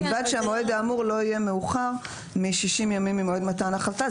ובלבד שהמועד האמור לא יהיה מאוחר מ-60 ימים ממועד מתן ההחלטה.